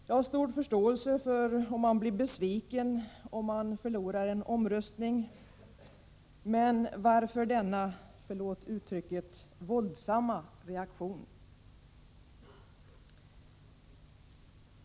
Jag har stor förståelse för att man blir besviken om man förlorar en omröstning, men varför denna, förlåt uttrycket, våldsamma reaktion?